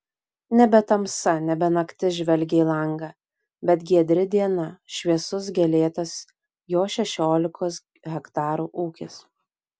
nebe tamsa nebe naktis žvelgė į langą bet giedri diena šviesus gėlėtas jo šešiolikos hektarų ūkis